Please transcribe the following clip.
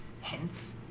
Hence